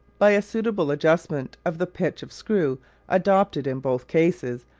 by a suitable adjustment of the pitch of screw adopted in both cases,